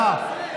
תודה.